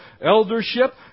eldership